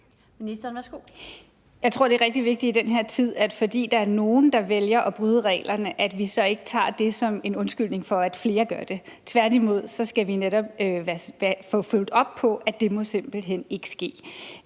Jeg tror, det er rigtig vigtigt i den her tid, at vi, fordi der er nogle, som vælger at bryde reglerne, ikke tager det som en undskyldning for, at flere gør det. Tværtimod skal vi netop få fulgt op på, at det må simpelt hen ikke ske.